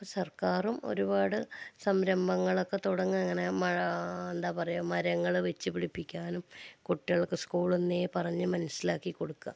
അപ്പം സർക്കാറും ഒരുപാട് സംരംഭങ്ങളൊക്കെ തുടങ്ങി അങ്ങനെ മഴാ എന്താ പറയാ മരങ്ങൾ വെച്ച് പിടിപ്പിക്കാനും കുട്ടികൾക്ക് സ്കൂളിൽന്നെ പറഞ്ഞ് മനസ്സിലാക്കി കൊടുക്കുക